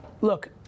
look